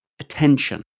attention